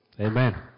Amen